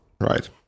Right